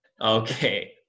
Okay